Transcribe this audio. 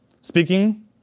speaking